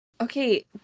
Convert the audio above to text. Okay